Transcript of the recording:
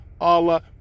Allah